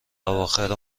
اواخر